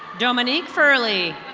dominique furley.